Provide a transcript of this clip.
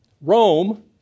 Rome